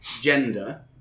gender